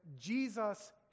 Jesus